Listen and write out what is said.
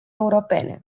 europene